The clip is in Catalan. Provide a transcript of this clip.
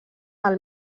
del